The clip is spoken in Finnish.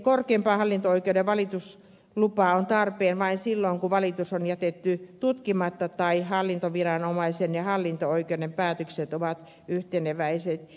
korkeimpaan hallinto oikeuteen valituslupa on tarpeen vain silloin kun valitus on jätetty tutkimatta tai hallintoviranomaisen ja hallinto oikeuden päätökset ovat yhteneväiset